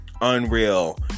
Unreal